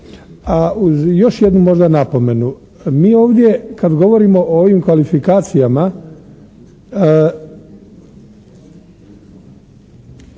a uz još jednu možda napomenu. Mi ovdje kad govorimo o ovim kvalifikacijama